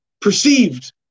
perceived